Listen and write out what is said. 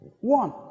One